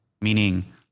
Meaning